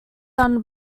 done